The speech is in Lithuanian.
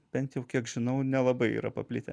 bent jau kiek žinau nelabai yra paplitę